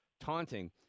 taunting